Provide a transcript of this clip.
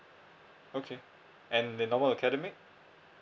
okay and the normal academic